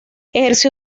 ejerció